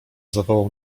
zawołał